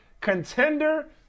contender